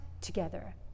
together